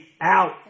out